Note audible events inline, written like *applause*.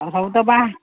*unintelligible*